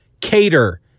cater